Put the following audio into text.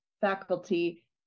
faculty